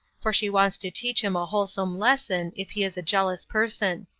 for she wants to teach him a wholesome lesson, if he is a jealous person.